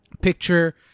picture